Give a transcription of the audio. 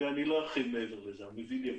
ולא ארחיב מעבר לזה, המבין יבין.